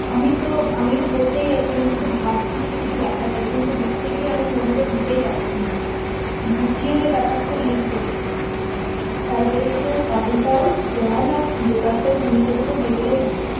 আমি তো আমিও বসেই আছি আমি শুধু ভাবছি যে কি কি লেখা যায় কিন্তু লিখতে গিয়ে আমি মনোযোগ দিতেই পারছি না গুছিয়ে যে ব্যাপারটা লিখবো স্যার বলেছিলেন অডীপাউস ক্রেওণ আর জোকাস্টা ভূমিকা দুটো দিয়ে দিলেই হবে